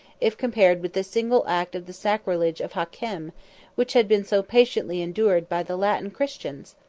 if compared with the single act of the sacrilege of hakem, which had been so patiently endured by the latin christians!